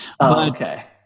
okay